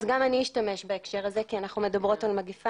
אז גם אני אשתמש בהקשר הזה כי אנחנו מדברות על מגיפה,